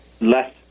less